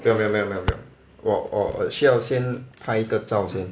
没有没有没有我需要先拍一个照先